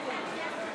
תמשיך.